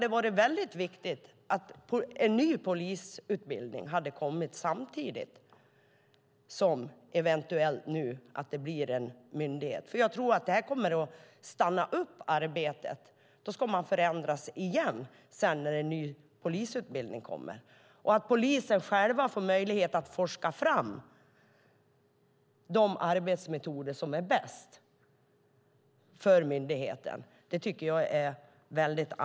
En ny polisutbildning borde ha kommit samtidigt som det nu eventuellt blir en myndighet. Jag tror att arbetet kommer att stanna upp. När en ny polisutbildning kommer ska man förändra igen. Jag tycker att det är väldigt angeläget att polisen själva får möjlighet att forska fram de arbetsmetoder som är bäst för myndigheten.